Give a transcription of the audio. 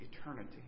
eternity